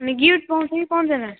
अनि गिफ्ट पाउँछ कि पाउँदैन